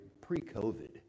pre-COVID